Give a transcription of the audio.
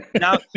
Now